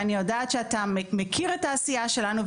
ואני יודעת שאתה מכיר את העשייה שלנו.